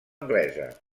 anglesa